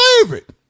favorite